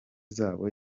zabo